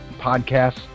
podcasts